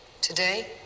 Today